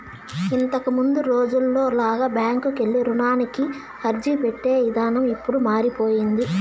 ఇంతకముందు రోజుల్లో లాగా బ్యాంకుకెళ్ళి రుణానికి అర్జీపెట్టే ఇదానం ఇప్పుడు మారిపొయ్యింది